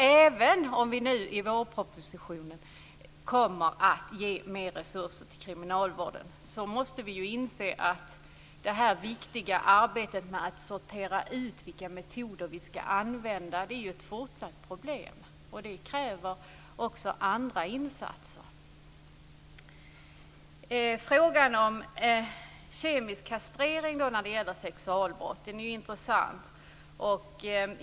Även om vi i och med vårpropositionen kommer att ge mer resurser till kriminalvården, måste vi ju inse att det viktiga arbetet med att sortera ut vilka metoder som ska användas är ett fortsatt problem som också kräver andra insatser. Frågan om kemisk kastrering när det gäller sexualbrott är intressant.